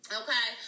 okay